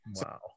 Wow